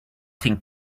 think